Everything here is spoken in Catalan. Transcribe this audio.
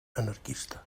anarquista